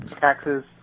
taxes